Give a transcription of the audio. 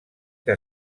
que